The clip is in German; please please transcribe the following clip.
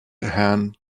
herrn